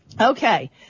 Okay